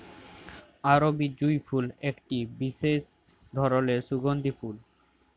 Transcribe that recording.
আরবি জুঁই ফুল একটি বিসেস ধরলের সুগন্ধিও ফুল